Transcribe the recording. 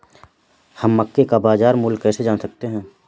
हम मक्के का बाजार मूल्य कैसे जान सकते हैं?